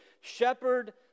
shepherd